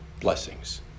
Blessings